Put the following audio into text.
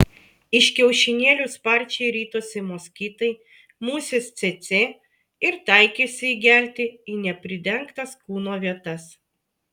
iš kiaušinėlių sparčiai ritosi moskitai musės cėcė ir taikėsi įgelti į nepridengtas kūno vietas